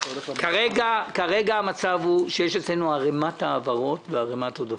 כרגע המצב הוא שיש אצלנו ערימת העברות וערימת עודפים.